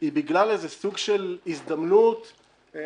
היא בגלל איזה סוג של הזדמנות --- אני